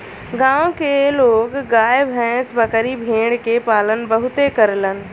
गांव के लोग गाय भैस, बकरी भेड़ के पालन बहुते करलन